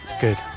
Good